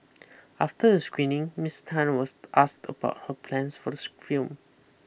after the screening Miss Tan was asked about her plans for this film